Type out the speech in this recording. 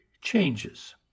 Changes